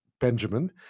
Benjamin